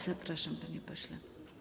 Zapraszam, panie pośle.